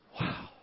Wow